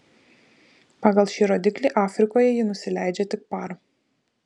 pagal šį rodiklį afrikoje ji nusileidžia tik par